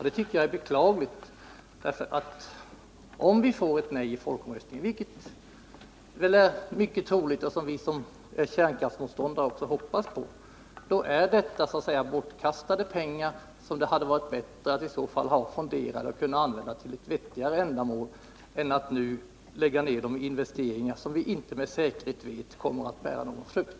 Det tycker jag är beklagligt, därför att om vi får ett nej i folkomröstningen, vilket är mycket troligt och också vad vi kärnkraftsmotståndare hoppas på, är dessa pengar bortkastade. Det hade varit bättre att dessa medel fonderats eller att de hade använts till vettigare ändamål än att de på detta sätt läggs ned i investeringar som vi inte med säkerhet vet kommer att bära frukt.